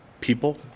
people